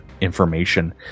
information